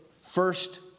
First